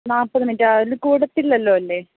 നാൽപ്പത് മിനിറ്റ് ആ അതിൽ കൂടത്തില്ലല്ലോ അല്ലേ